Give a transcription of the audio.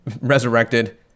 resurrected